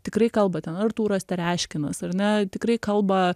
tikrai kalba ten artūras tereškinas ar ne tikrai kalba